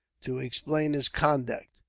to explain his conduct.